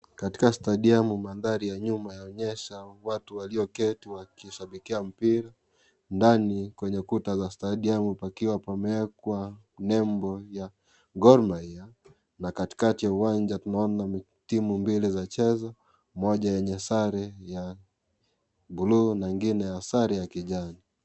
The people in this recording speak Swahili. Katika stadiamu , maandhari ya nyuma yaonyesha watu walioketi wakishabikia mpira. Ndani kwenye kuta za stadiamu pakiwa pamewekwa nembo ya Gormahia na Kati kati ya uwanja tunaona timu mbili zacheza, moja yenye sare ya bluu na ingine ya sare ya kijani.